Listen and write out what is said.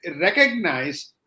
recognize